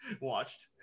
watched